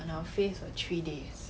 on our face for three days